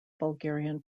bulgarian